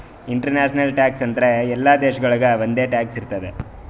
international tax ಅಂದುರ್ ಎಲ್ಲಾ ದೇಶಾಗೊಳಿಗ್ ಒಂದೆ ಟ್ಯಾಕ್ಸ್ ಇರ್ತುದ್